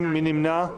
מי נמנע?